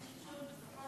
נכון הדבר